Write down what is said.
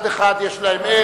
כי מצד אחד יש להם עד,